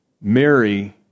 Mary